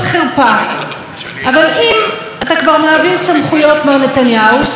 סמכויות שנוגעות לראש הממשלה נתניהו ולאזרח שאול אלוביץ',